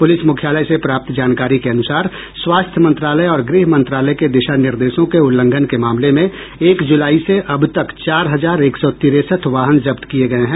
police मुख्यालय से प्राप्त जानकारी के अनुसार स्वास्थ्य मंत्रालय और गृह मंत्रालय के दिशा निर्देशों के उल्लंघन के मामले में एक जुलाई से अब तक चार हजार एक सौ तिरेसठ वाहन जब्त किये गये है